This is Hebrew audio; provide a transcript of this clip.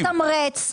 מגורים.